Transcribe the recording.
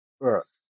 Earth